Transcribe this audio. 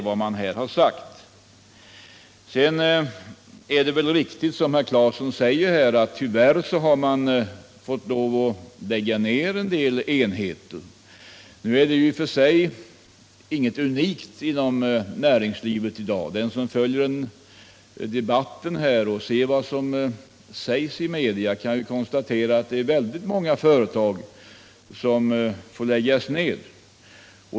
Vidare är det väl riktigt, som herr Claeson påpekar här, att man tyvärr har fått lov att lägga ned en del enheter. Nu är detta i och för sig inget unikt inom näringslivet i dag. Den som följer debatten och läser vad som framförs i media kan ju konstatera att det är synnerligen många företag som får läggas ned.